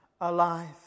alive